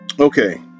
Okay